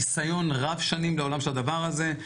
מניסיון רב שנים בעולם של הדבר הזה,